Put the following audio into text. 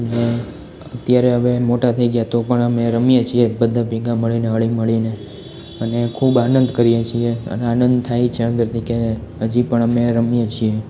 અને અત્યારે હવે મોટા થઈ ગયા તો પણ અમે રમીએ છીએ બધા ભેગા મળીને હળી મળીને અને ખૂબ આનંદ કરીએ છીએ અને આનંદ થાય છે અંદરથી કે હજી પણ અમે રમીએ છીએ